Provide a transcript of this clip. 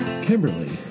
Kimberly